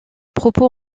propos